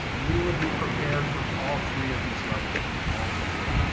we would be prepared for all three of these levels. all three.